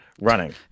running